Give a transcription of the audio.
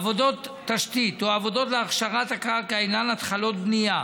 עבודות תשתית או עבודות להכשרת הקרקע אינן התחלות בנייה.